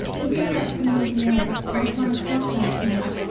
we got up to merville at one o'clock last night,